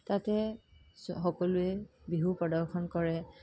তাতে সকলোৱে বিহু প্ৰদৰ্শন কৰে